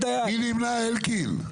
מי נמנע, אלקין?